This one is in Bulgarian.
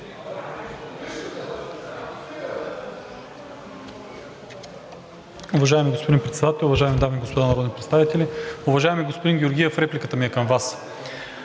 Уважаеми господин Председател, уважаеми дами и господа народни представители! Уважаеми господин Георгиев, репликата ми е към Вас.